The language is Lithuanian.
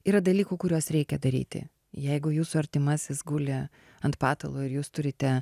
yra dalykų kuriuos reikia daryti jeigu jūsų artimasis guli ant patalo ir jūs turite